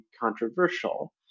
controversial